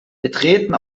betreten